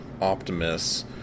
Optimus